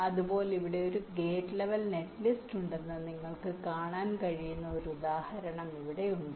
അതുപോലെ ഇവിടെ ഒരു ഗേറ്റ് ലെവൽ നെറ്റ്ലിസ്റ്റ് ഉണ്ടെന്ന് നിങ്ങൾക്ക് കാണാൻ കഴിയുന്ന ഒരു ഉദാഹരണം ഇവിടെയുണ്ട്